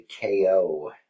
KO